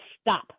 stop